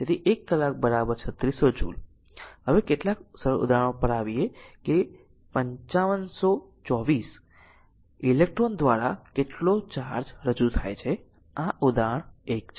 તેથી એક કલાક 3600 જુલ હવે કેટલાક સરળ ઉદાહરણો પર આવે છે કે 5524 ઇલેક્ટ્રોન દ્વારા કેટલો ચાર્જ રજૂ થાય છે આ ઉદાહરણ 1 છે